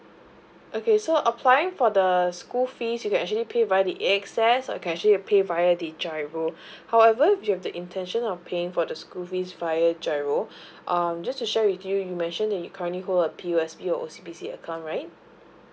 okay so applying for the school fees you can actually pay via the A_X_S or you can actually pay via the giro however if you've the intention of paying the school fees via giro err just to check with you you mentioned that you currently hold a P_O_S_B or O_C_B_C account right